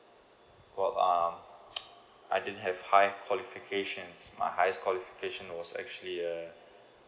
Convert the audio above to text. got um I didn't have high qualification my highest qualification was actually uh